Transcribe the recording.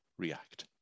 react